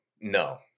No